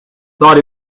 thought